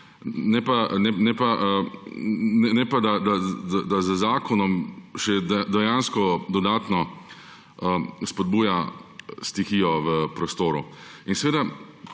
ne pa, da z zakonom še dejansko dodatno spodbuja stihijo v prostoru. In seveda,